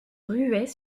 ruait